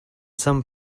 some